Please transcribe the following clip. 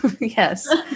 Yes